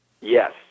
Yes